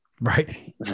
Right